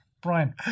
Brian